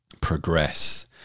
progress